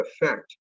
effect